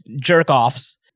jerk-offs